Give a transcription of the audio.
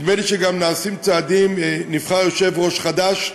ונדמה לי שגם נעשים צעדים, נבחר יושב-ראש חדש,